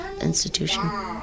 Institution